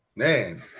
Man